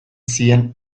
zien